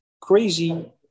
crazy